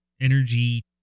energy